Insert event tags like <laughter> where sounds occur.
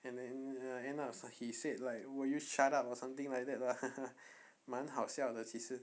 and then uh end up he said like will you shut up or something like that lah <laughs> 蛮好笑的其实